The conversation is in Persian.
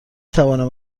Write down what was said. توانم